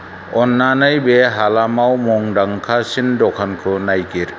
अन्नानै बे हालामाव मुंदांखासिन दखानखौ नायगिर